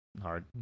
hard